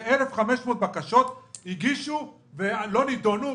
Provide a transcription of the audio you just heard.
שהגישו 1,500 בקשות ולא נדונו,